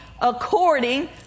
according